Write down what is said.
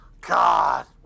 God